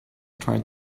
tried